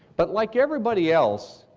but like everybody else,